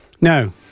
No